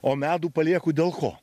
o medų palieku dėl ko